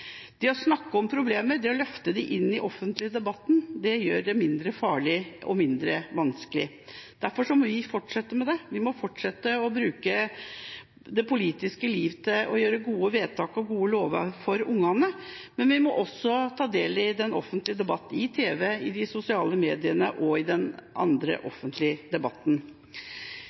Det å snakke om problemet, det å løfte det inn i den offentlige debatten, gjør det mindre farlig og mindre vanskelig. Derfor må vi fortsette med det. Vi må fortsette å bruke det politiske liv til å gjøre gode vedtak og gode lover for ungene, men vi må også ta del i den offentlige debatten – i tv, i sosiale medier og ellers i den